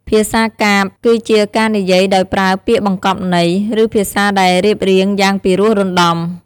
ភាសាកាព្យ គឺជាការនិយាយដោយប្រើពាក្យបង្កប់ន័យ ឬភាសាដែលរៀបរៀងយ៉ាងពិរោះរណ្ដំ។